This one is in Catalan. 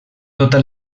tota